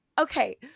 Okay